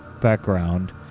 background